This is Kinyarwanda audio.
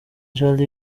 jean